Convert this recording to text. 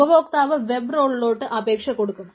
ഉപഭോക്താവ് വെബ് റോളിലോട്ട് അപേക്ഷ കൊടുക്കും